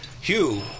Hugh